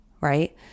right